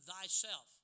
thyself